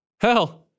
Hell